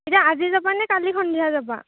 এতিয়া আজি যাবা নে কালি সন্ধিয়া যাবা